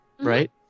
Right